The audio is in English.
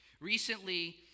Recently